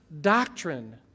doctrine